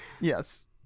Yes